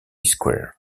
square